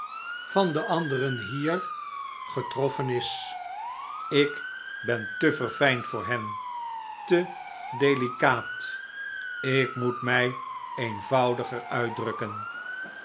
van de anderen hier getroffen is ik ben te verfijnd voor hen te delicaat ik moet mij eenvoudiger uitdrukken